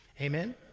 Amen